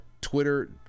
Twitter